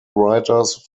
writers